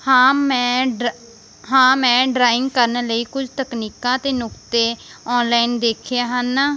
ਹਾਂ ਮੈਂ ਡਰ ਹਾਂ ਮੈਂ ਡਰਾਇੰਗ ਕਰਨ ਲਈ ਕੁਝ ਤਕਨੀਕਾਂ ਅਤੇ ਨੁਕਤੇ ਆਨਲਾਈਨ ਦੇਖੇ ਹਨ